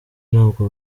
ntabwo